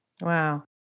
Wow